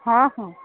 ହଁ ହଁ